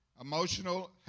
emotional